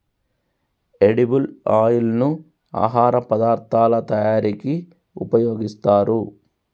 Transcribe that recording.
edible oil ను ఆహార పదార్ధాల తయారీకి ఉపయోగిస్తారు